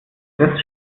des